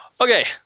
Okay